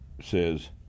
says